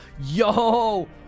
Yo